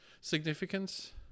significance